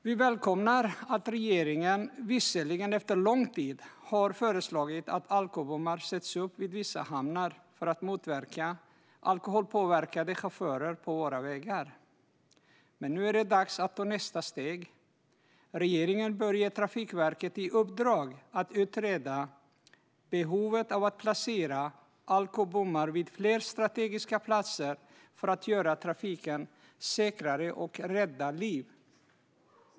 Vi välkomnar att regeringen, visserligen efter lång tid, har föreslagit att alkobommar sätts upp vid vissa hamnar för att motverka alkoholpåverkade chaufförer på våra vägar. Men nu är det dags att ta nästa steg. Regeringen bör ge Trafikverket i uppdrag att utreda behovet av att placera alkobommar vid fler strategiska platser för att göra trafiken säkrare och rädda liv.